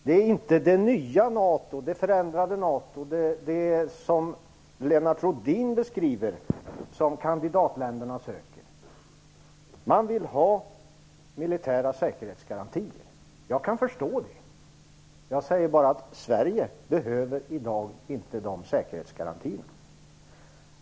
Det är inte det nya förändrade NATO - det som Lennart Rohdin beskriver - som kandidatländerna söker. Man vill ha militära säkerhetsgarantier. Jag kan förstå det. Jag säger bara att Sverige i dag inte behöver de säkerhetsgarantierna.